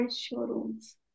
showrooms